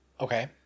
Okay